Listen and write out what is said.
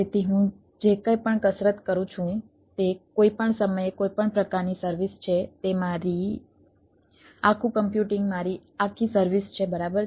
તેથી હું જે કંઈપણ કસરત કરું છું તે કોઈપણ સમયે કોઈપણ પ્રકારની સર્વિસ છે તે મારી આખું કમ્યુટિંગ મારી આખી સર્વિસ છે બરાબર